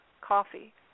coffee